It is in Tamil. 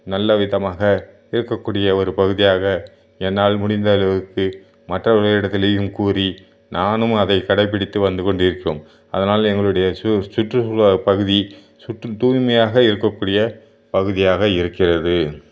நல்ல விதமாக இருக்கறக்கூடிய ஒரு பகுதியாக என்னால் முடிந்த அளவுக்கு மற்றவர்களிடத்துலேயும் கூறி நானும் அதை கடைப்பிடித்து வந்து கொண்டிருக்கிறோம் அதனால் எங்களுடைய சு சுற்றுச்சூழல் பகுதி சுற்று தூய்மையாக இருக்கக்கூடிய பகுதியாக இருக்கிறது